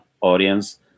audience